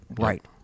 Right